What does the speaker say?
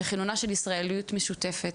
וחילונה של ישראליות משותפת.